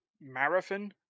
Marathon